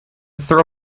throw